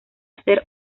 hacer